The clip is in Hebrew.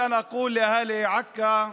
אני רוצה לומר לתושבי עכו,